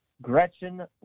Gretchen